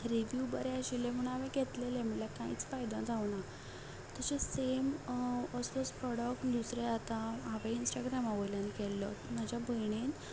review बरे आशिल्ले म्हणून हांवें घेतलेले म्हटल्यार कांयच फायदो जावना तशेंच सेम असलोच प्रोडक्ट दुसरे आतां हांवें इंस्टाग्रामा वयल्यान केल्लो म्हज्या भयणीन